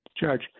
judge